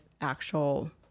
actual